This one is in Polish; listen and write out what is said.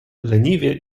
leniwie